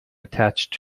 attached